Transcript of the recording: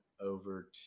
over